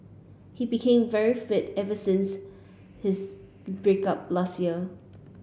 he became very fit ever since his break up last year